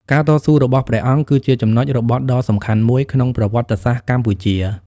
ការតស៊ូរបស់ព្រះអង្គគឺជាចំណុចរបត់ដ៏សំខាន់មួយក្នុងប្រវត្តិសាស្ត្រកម្ពុជា។